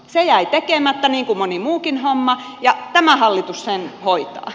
se jäi tekemättä niin kuin moni muukin homma ja tämä hallitus sen hoitaa